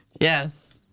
Yes